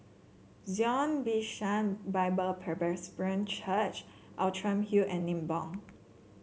Zion Bishan Bible Presbyterian Church Outram Hill and Nibong